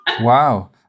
wow